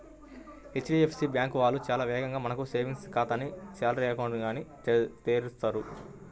HDFC bank వాళ్ళు చాలా వేగంగా మనకు సేవింగ్స్ ఖాతాని గానీ శాలరీ అకౌంట్ ని గానీ తెరుస్తారు